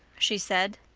she said.